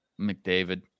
McDavid